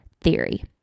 theory